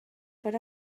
per